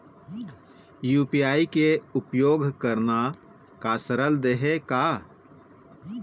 UPI के उपयोग करना का सरल देहें का?